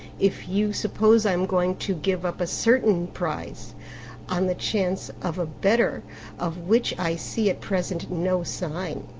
if you suppose i am going to give up a certain prize on the chance of a better of which i see at present no signs.